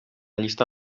llista